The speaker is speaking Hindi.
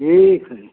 ठीक है